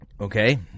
okay